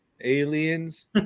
aliens